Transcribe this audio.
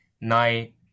night